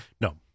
No